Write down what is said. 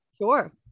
Sure